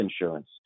insurance